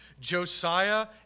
Josiah